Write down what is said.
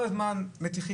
בשונה מדברים